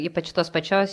ypač tos pačios